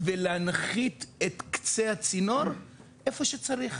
ולהנחית את קצה הצינור איפה שצריך,